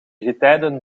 getijden